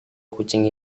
kucing